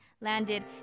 landed